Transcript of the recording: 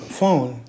phone